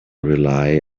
rely